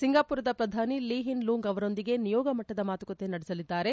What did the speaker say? ಸಿಂಗಾಪುರದ ಪ್ರಧಾನಿ Lee Hsien Loong ಅವರೊಂದಿಗೆ ನಿಯೋಗ ಮಟ್ಟದ ಮಾತುಕತೆ ನಡೆಸಲಿದ್ದಾರೆ